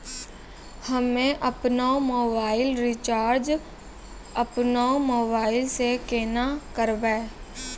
हम्मे आपनौ mobile recharge आपनौ मोबाइल से केना करवै?